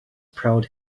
proud